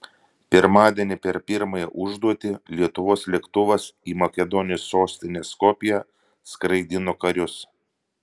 pirmadienį per pirmąją užduotį lietuvos lėktuvas į makedonijos sostinę skopję skraidino karius